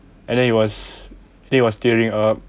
and then he was he was tearing up